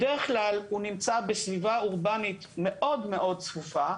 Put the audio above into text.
בדרך כלל הוא נמצא בסביבה אורבנית מאוד מאוד צפופה.